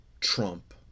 trump